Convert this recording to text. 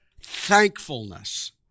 thankfulness